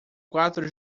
quatro